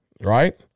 right